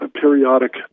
periodic